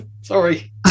Sorry